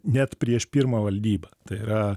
net prieš pirmą valdybą tai yra